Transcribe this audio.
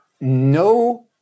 No